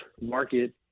market